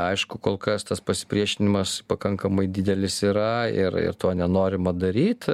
aišku kol kas tas pasipriešinimas pakankamai didelis yra ir ir to nenorima daryt